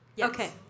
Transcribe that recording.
Okay